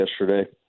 yesterday